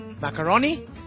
macaroni